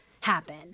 happen